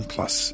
Plus